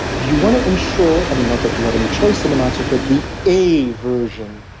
you want to ensure, not that you have any choice in the matter, but the a version,